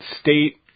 state